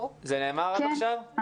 זה נאמר עד עכשיו?